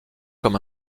comme